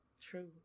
True